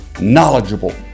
knowledgeable